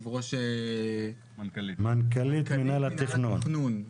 מנכ"לית מנהל התכנון.